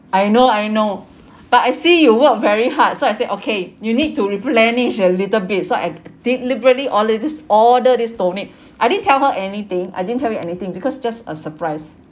I know I know but I see you work very hard so I said okay you need to replenish a little bit so I deliberately order just order this tonic I didn't tell her anything I didn't tell you anything because just a surprise